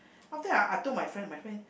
after that ah I told my friend my friend